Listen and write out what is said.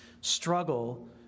struggle